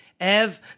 Ev